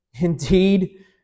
Indeed